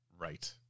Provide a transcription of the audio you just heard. Right